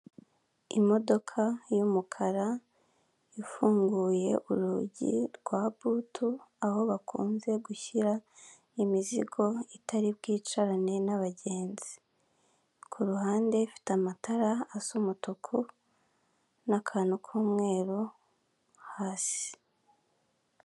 Imodoka y'umukara ifunguye urugi rwa butu, aho bakunze gushyira imizigo itari bwicarane n'abagenzi, ku ruhande ifite amatara asa umutuku n'akantu k'umweru hasi.